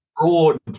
broad